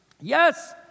Yes